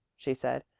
she said,